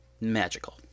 magical